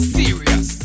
serious